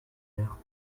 heure